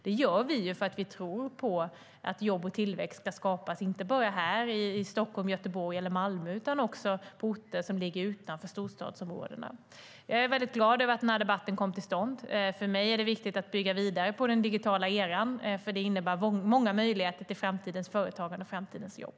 Det gör vi för att vi tror på att jobb och tillväxt ska skapas, inte bara i Stockholm, Göteborg och Malmö utan också på orter som ligger utanför storstadsområdena. Jag är väldigt glad över att den här debatten kom till stånd. För mig är det viktigt att bygga vidare på den digitala eran, för det innebär många möjligheter till framtidens företagande och framtidens jobb.